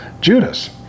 Judas